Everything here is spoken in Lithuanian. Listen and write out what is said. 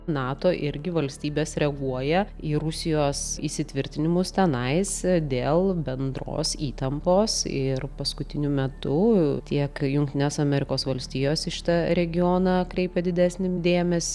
nato irgi valstybės reaguoja į rusijos įsitvirtinimus tenais dėl bendros įtampos ir paskutiniu metu tiek jungtinės amerikos valstijos į šitą regioną kreipia didesnį dėmesį